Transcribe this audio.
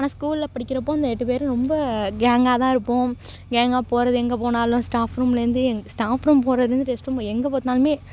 ஆனால் ஸ்கூலில் படிக்கிறப்போ அந்த எட்டு பேரும் ரொம்ப கேங்காக தான் இருப்போம் கேங்காக போகிறது எங்கே போனாலும் ஸ்டாஃப் ரூம்லேருந்து எங்க ஸ்டாஃப் ரூம் போகிறதுலேருந்து ரெஸ்ட் ரூம் எங்கே பார்த்தாலுமே